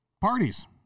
parties